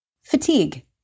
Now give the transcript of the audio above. Fatigue